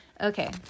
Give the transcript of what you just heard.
Okay